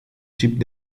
chip